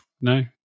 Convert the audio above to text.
No